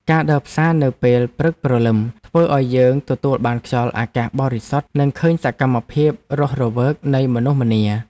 ការដើរផ្សារនៅពេលព្រឹកព្រលឹមធ្វើឱ្យយើងទទួលបានខ្យល់អាកាសបរិសុទ្ធនិងឃើញសកម្មភាពរស់រវើកនៃមនុស្សម្នា។